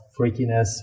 freakiness